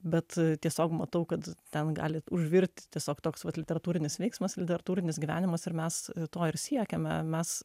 bet tiesiog matau kad ten galit užvirt tiesiog toks vat literatūrinis veiksmas literatūrinis gyvenimas ir mes to ir siekiame mes